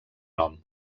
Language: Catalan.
nom